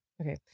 Okay